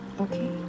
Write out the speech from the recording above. Okay